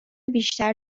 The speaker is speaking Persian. بیشتر